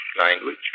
Language